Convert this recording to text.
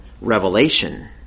revelation